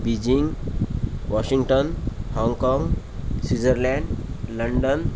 Beijing Washington Hong Kong Switzerland London